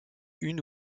une